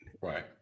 Right